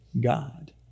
God